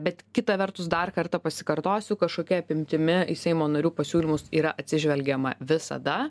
bet kita vertus dar kartą pasikartosiu kažkokia apimtimi į seimo narių pasiūlymus yra atsižvelgiama visada